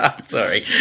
Sorry